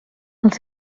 els